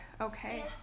Okay